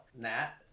nat